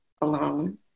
alone